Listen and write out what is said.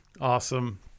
Awesome